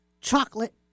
chocolate